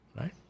right